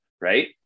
right